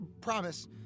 promise